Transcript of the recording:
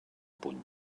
puny